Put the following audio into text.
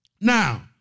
Now